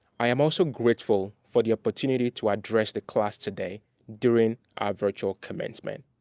i am also grateful for the opportunity to address the class today during our virtual commencement.